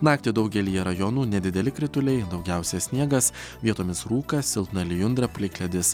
naktį daugelyje rajonų nedideli krituliai daugiausia sniegas vietomis rūkas silpna lijundra plikledis